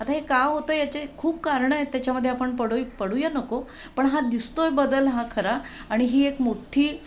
आता हे का होतं याचे खूप कारणं आहेत त्याच्यामध्ये आपण पडो पडूया नको पण हा दिसतो आहे बदल हा खरा आणि ही एक मोठ्ठी